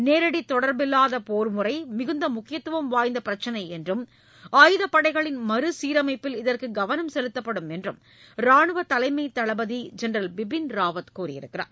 நேரடி தொடர்பில்லாத போர் முறை மிகுந்த முக்கியத்துவம் வாய்ந்த பிரச்னை என்றும் ஆயுதப் படைகளின் மறுசீரமைப்பில் இதற்கு கவனம் செலுத்தப்படும் என்றும் ரானுவ தலைமைத் தளபதி ஜென்ரல் பிபின் ராவத் கூறியுள்ளார்